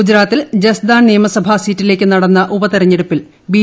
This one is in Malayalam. ഗുജറാത്തിൽ ജസ്ദാൻ നിയമസഭാ സീറ്റിലേക്ക് ന് നടന്ന ഉപതെരെഞ്ഞെടുപ്പിൽ ബി